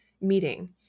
meeting